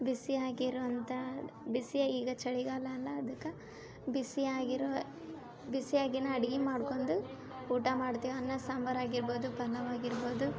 ಬಿಸಿಯಾಗಿರೋವಂಥಾ ಬಿಸಿ ಈಗ ಚಳಿಗಾಲ ಅಲ್ಲಾ ಅದ್ಕ ಬಿಸಿಯಾಗಿರೋ ಬಿಸಿಯಾಗಿನ ಅಡುಗೆ ಮಾಡ್ಕೊಂದು ಊಟ ಮಾಡ್ತೀವಿ ಅನ್ನ ಸಾಂಬಾರು ಆಗಿರ್ಬೋದು ಪಲಾವು ಆಗಿರ್ಬೋದು